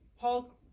paul